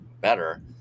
better